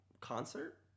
concert